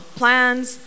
plans